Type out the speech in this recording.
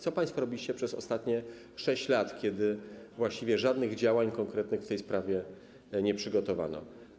Co państwo robiliście przez ostatnie 6 lat, kiedy właściwie żadnych konkretnych działań w tej sprawie nie przygotowano?